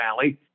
Valley